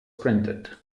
printed